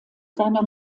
seiner